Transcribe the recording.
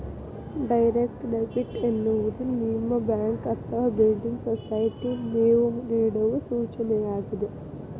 direct debit ಎನ್ನುವುದು ನಿಮ್ಮ bank ಅಥವಾ ಬಿಲ್ಡಿಂಗ್ ಸೊಸೈಟಿಗೆ ನೇವು ನೇಡುವ ಸೂಚನೆಯಾಗಿದೆ